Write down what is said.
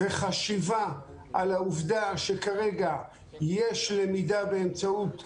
ומתקיימת חשיבה על העובדה שכרגע יש למידה באמצעות זום,